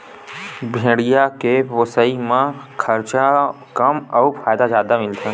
भेड़िया के पोसई म खरचा कम अउ फायदा जादा मिलथे